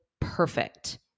perfect